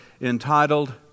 entitled